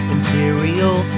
Imperial